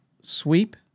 sweep